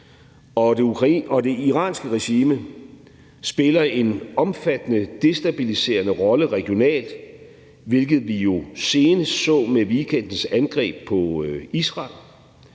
Og det iranske regime spiller en omfattende destabiliserende rolle regionalt, hvilket vi jo senest så med weekendens angreb på Israel,